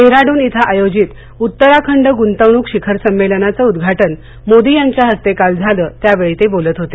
देहराडून इथं आयोजित उत्तराखंड गृंतवणूक शिखर संम्मेलनाचं उद्घाटन मोदी यांच्या हस्ते काल झालं त्यावेळी ते बोलत होते